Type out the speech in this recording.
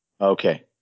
Okay